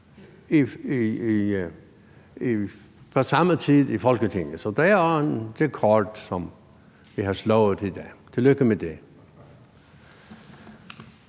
på samme tid i Folketinget, så det er en rekord, som vi har slået i dag. Tillykke med det!